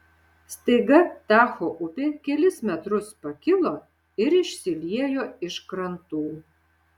staiga tacho upė kelis metrus pakilo ir išsiliejo iš krantų